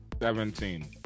Seventeen